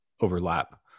overlap